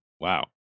Wow